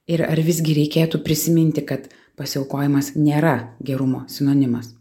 ir ar visgi reikėtų prisiminti kad pasiaukojimas nėra gerumo sinonimas